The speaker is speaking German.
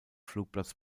flugplatz